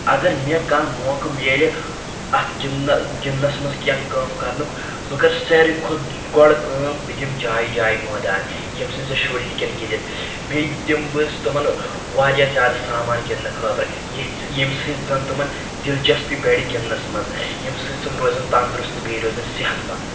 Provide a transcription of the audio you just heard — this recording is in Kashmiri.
اگر مےٚ کانٛہہ موقعہٕ میلہِ اَتھ گنٛدنہٕ گنٛدنَس منٛز کینٛہہ کٲم کرنُک بہٕ کر ساروی کھۄتہٕ گۄڈٕ کٲم بہٕ دِم جایہِ جایہِ مٲدان ییٚمہِ ستۍ زَن شُرۍ ہیٚکن گنٛدِتھ بیٚیہِ دِمہٕ بہٕ تِمن واریاہ زیادٕ سامان گنٛدنہٕ خٲطرٕ یِتھ ییٚمہِ ستۍ زن تِمن دِلچسپی بَڑِ گِنٛدنس منٛز ییٚمہِ ستۍ تِم روزن تنٛدرُست بیٚیہِ روزن صحت منٛد